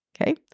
Okay